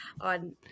on